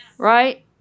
Right